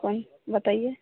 कोन बतैऐ